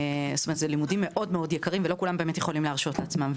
אלה לימודים מאוד-מאוד יקרים ולא כולם יכולים להרשות לעצמם.